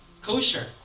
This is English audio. Kosher